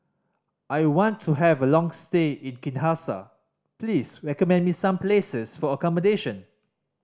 I want to have a long stay in Kinshasa please recommend me some places for accommodation